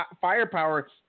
firepower